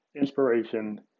inspiration